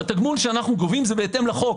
בהתאם לחוק.